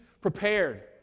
prepared